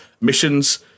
missions